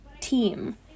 team